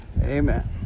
amen